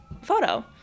photo